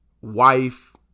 wife